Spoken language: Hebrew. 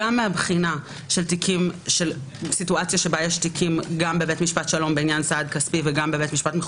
גם מהבחינה של מצב שיש תיקים גם בבית משפט שלום בעניין